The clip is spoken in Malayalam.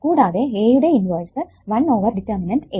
കൂടാതെ A യുടെ ഇൻവെർസ് 1 ഓവർ ഡിറ്റർമിനന്റ് A